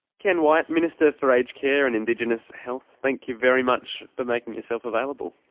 ken wyatt, minister for aged care and indigenous health, thank you very much for making yourself available.